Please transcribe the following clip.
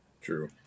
true